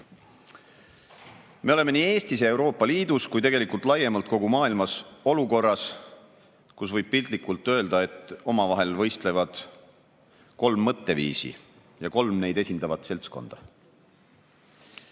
Me oleme nii Eestis ja Euroopa Liidus kui ka tegelikult laiemalt kogu maailmas olukorras, kus võib piltlikult öelda, et omavahel võistlevad kolm mõtteviisi ja kolm neid esindavat seltskonda. Esimese